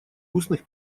устных